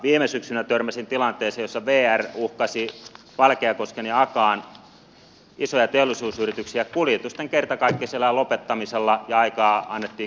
viime syksynä törmäsin tilanteeseen jossa vr uhkasi valkeakosken ja akaan isoja teollisuusyrityksiä kuljetusten kertakaikkisella lopettamisella ja aikaa annettiin kolme kuukautta